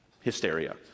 hysteria